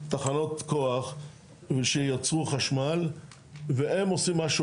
תחנות כוח שייצרו חשמל והם עושים משהו אחר.